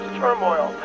turmoil